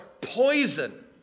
poison